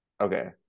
Okay